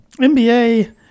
NBA